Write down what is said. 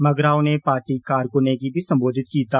मगरा उनें पार्टी कारकुनें गी बी संबोधित कीता